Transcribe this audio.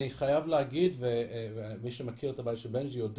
אני חייב להגיד מי שמכיר את הבית של בנג'י יודע